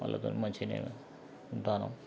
వాళ్ళతోనీ మంచిగానే ఉంటాన్నాం